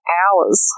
hours